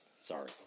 sorry